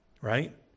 right